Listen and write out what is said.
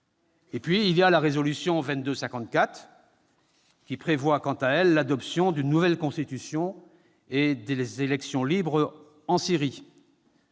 et les ONG. La résolution 2254 prévoit quant à elle l'adoption d'une nouvelle constitution et des élections libres en Syrie.